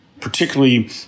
Particularly